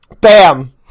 Bam